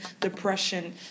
depression